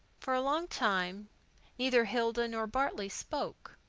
for a long time neither hilda nor bartley spoke.